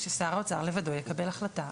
ששר האוצר לבדו יקבל החלטה.